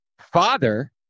father